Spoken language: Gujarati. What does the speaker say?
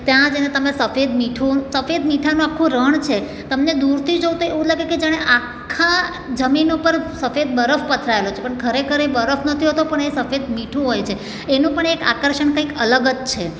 ત્યાં જઈને તમે સફેદ મીઠું સફેદ મીઠાનું આખું રણ છે તમને દૂરથી જોવો તો એવું જ લાગે કે જાણે આખા જમીન ઉપર સફેદ બરફ પથરાએલો છે પણ ખરેખર એ બરફ નથી હોતો પણ એ સફેદ મીઠું હોય છે એનું પણ એક આકર્ષણ કંઈક અલગ જ છે